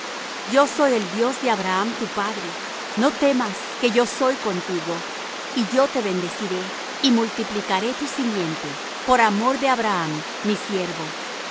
yo soy el dios de abraham tu padre no temas que yo soy contigo y yo te bendeciré y multiplicaré tu simiente por amor de abraham mi siervo